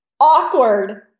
awkward